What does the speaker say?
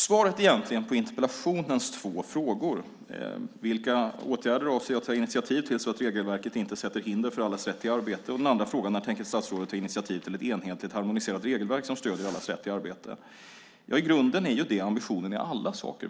Svaret på interpellationens två frågor - vilka åtgärder jag avser att ta initiativ till så att regelverket inte sätter hinder för allas rätt till arbete och när jag tänker ta initiativ till ett enhetligt, harmoniserat regelverk som stöder allas rätt till arbete - är ju att detta i grunden är ambitionen i allt vi gör.